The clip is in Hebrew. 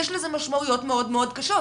יש לזה משמעויות מאוד-מאוד קשות.